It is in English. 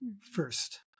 first